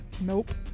Nope